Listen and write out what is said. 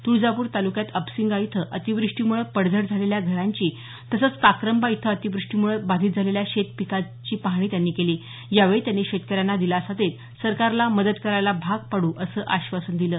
तुळजापूर तालुक्यात अपसिंगा इथं अतिव्रष्टीमुळे पडझड झालेल्या घरांची तसंच काक्रंबा इथं अतिव्रष्टीमुळे बाधित झालेल्या शेत पिकांची पाहणी केली यावेळी त्यांनी शेतकऱ्यांना दिलासा देत सरकारला मदत करायला भाग पाडू असं आश्वासन दिलं